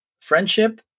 friendship